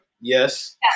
Yes